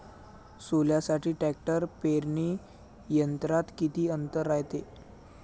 सोल्यासाठी ट्रॅक्टर पेरणी यंत्रात किती अंतर रायते?